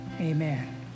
Amen